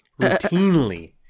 routinely